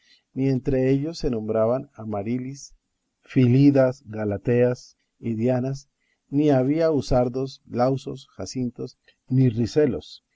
ni entre ellos se nombraban amarilis fílidas galateas y dianas ni había lisardos lausos jacintos ni riselos